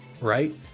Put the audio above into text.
right